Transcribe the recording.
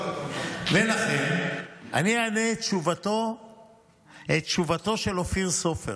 לכן אני אענה את תשובתו של אופיר סופר.